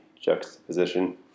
juxtaposition